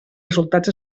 resultats